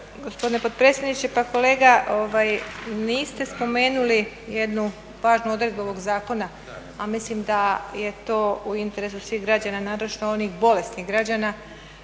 gospodine potpredsjedniče. Pa kolega, niste spomenuli jednu važnu odredbu ovog zakona a mislim da je to u interesu svih građana, naročito onih bolesnih građana,